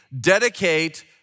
dedicate